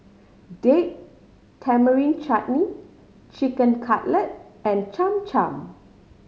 Date Tamarind Chutney Chicken Cutlet and Cham Cham